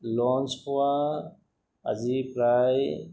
launch হোৱা আজি প্ৰায়